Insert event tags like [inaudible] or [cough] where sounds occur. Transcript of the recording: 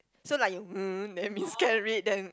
so like you [noise] that means can read them